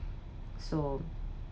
so